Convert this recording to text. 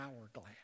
hourglass